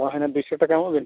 ᱦᱳᱭ ᱚᱱᱟ ᱫᱩᱭᱥᱚ ᱴᱟᱠᱟ ᱮᱢᱚᱜ ᱵᱤᱱ